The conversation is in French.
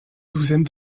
douzaine